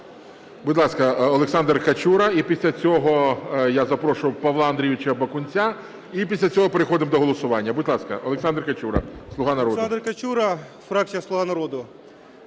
Будь ласка, Олександр Качура. І після цього я запрошу Павла Андрійовича Бакунця, і після цього переходимо до голосування. Будь ласка, Олександр Качура, "Слуга народу". 13:51:11 КАЧУРА О.А. Олександр Качура, фракція "Слуга народу".